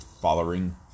following